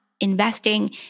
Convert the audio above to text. investing